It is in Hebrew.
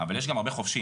אבל יש גם הרבה חובשים,